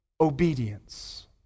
obedience